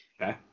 okay